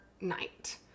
Night